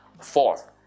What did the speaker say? Fourth